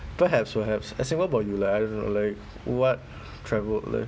perhaps perhaps as in what about you I don't know like what travel